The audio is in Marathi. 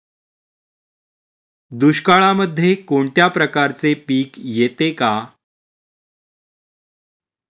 दुष्काळामध्ये कोणत्या प्रकारचे पीक येते का?